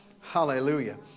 Hallelujah